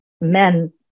men